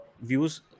views